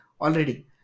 already